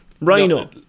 Rhino